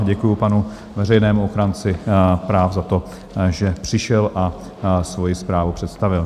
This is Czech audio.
Děkuji panu veřejnému ochránci práv za to, že přišel a svoji zprávu představil.